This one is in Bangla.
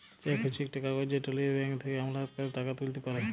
চ্যাক হছে ইকট কাগজ যেট লিঁয়ে ব্যাংক থ্যাকে আমলাতকারী টাকা তুইলতে পারে